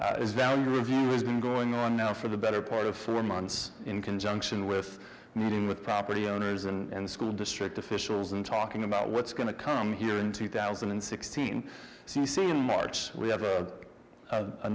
as value review is been going on now for the better part of sort of months in conjunction with meeting with property owners and school district officials and talking about what's going to come here in two thousand and sixteen so you see in march we have a